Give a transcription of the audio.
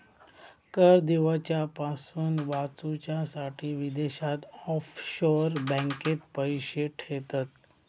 कर दिवच्यापासून वाचूच्यासाठी विदेशात ऑफशोअर बँकेत पैशे ठेयतत